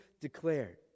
declared